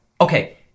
Okay